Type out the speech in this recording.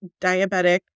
diabetic